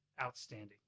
outstanding